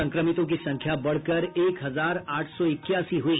संक्रमितों की संख्या बढ़कर एक हजार आठ सौ इक्यासी हुई